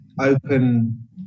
open